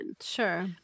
Sure